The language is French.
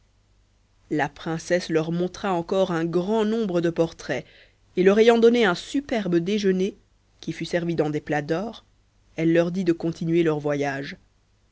la princesse leur montra encore un grand nombre de portraits et leur ayant donné un superbe déjeuner qui fut servi dans des plats d'or elle leur dit de continuer leur voyage